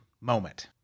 moment